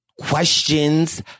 questions